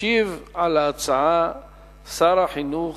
ישיב על ההצעה שר החינוך